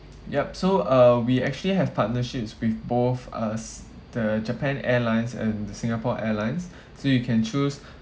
yup so uh we actually have partnerships with both uh s~ the japan airlines and the singapore airlines so you can choose